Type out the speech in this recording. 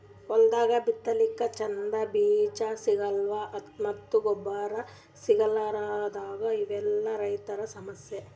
ಹೊಲ್ದಾಗ ಬಿತ್ತಲಕ್ಕ್ ಚಂದ್ ಬೀಜಾ ಸಿಗಲ್ಲ್ ಮತ್ತ್ ಗೊಬ್ಬರ್ ಸಿಗಲಾರದೂ ಇವೆಲ್ಲಾ ರೈತರ್ ಸಮಸ್ಯಾ